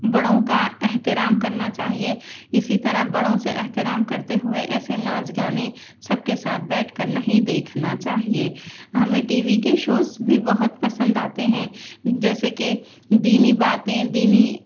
بڑوں کا احترام کرنا چاہیے اسی طرح بڑوں سے احترام کرتے ہوئے ایسے ناچ گانے سب کے ساتھ بیٹھ کر نہیں دیکھنا چاہیے ہمیں ٹی وی کے شوز بھی بہت پسند آتے ہیں جیسے کہ دینی باتیں دینی